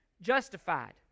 justified